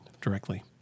directly